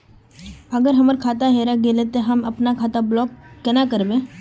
अगर हमर खाता हेरा गेले ते हम अपन खाता ब्लॉक केना करबे?